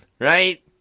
right